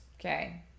Okay